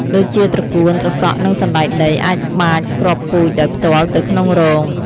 ដូចជា ត្រកួន ត្រសក់ និង សណ្ដែកដី អាចបាចគ្រាប់ពូជដោយផ្ទាល់ទៅក្នុងរង។